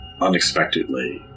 unexpectedly